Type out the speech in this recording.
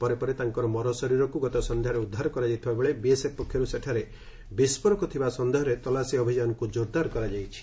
ପରେ ପରେ ତାଙ୍କର ମରଶରୀରକୁ ଗତ ସନ୍ଧ୍ୟାରେ ଉଦ୍ଧାର କରାଯାଇଥିବାବେଳେ ବିଏସ୍ଏଫ୍ ପକ୍ଷରୁ ସେଠାରେ ବିସ୍କୋରକ ଥିବା ସନ୍ଦେହରେ ତଲାସୀ ଅଭିଯାନକୁ ଜୋରଦାର କରାଯାଇଛି